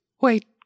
Wait